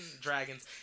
dragons